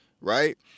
right